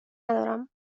ندارم